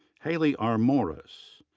hayley r. morris.